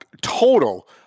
total